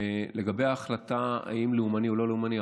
לגבי ההחלטה אם לאומני או לא לאומני,